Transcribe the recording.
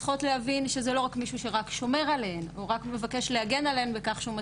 מעקב ועוקב אחרי כל צעד ושעל שלהן ביומיום.